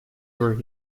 were